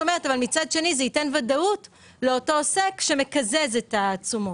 ייתן ודאות לאותו עוסק שמקזז את התשומות.